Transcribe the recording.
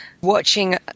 Watching